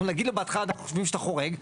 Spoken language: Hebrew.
אנחנו נגיד לו בהתחלה אנחנו חושבים שאתה חורג,